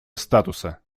статуса